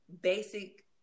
basic